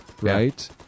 right